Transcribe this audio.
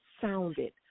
sounded